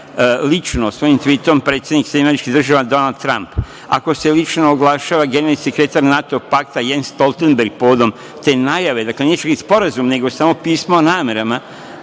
lično, svojim tvitom predsednik SAD, Donald Tramp, ako se lično oglašava generalni sekretar NATO pakta Jens Stoltenberg povodom te najave, dakle, nije čak ni sporazum, nego samo pismo o namerama